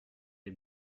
les